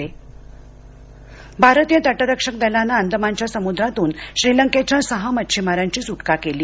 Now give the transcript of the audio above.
तटरक्षक दल बचाव भारतीय तटरक्षक दलानं अंदमानच्या समुद्रातून श्रीलंकेच्या सहा मच्छीमारांची सुटका केली